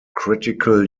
critical